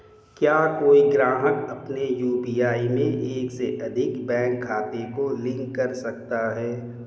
क्या कोई ग्राहक अपने यू.पी.आई में एक से अधिक बैंक खातों को लिंक कर सकता है?